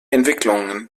entwicklungen